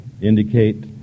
indicate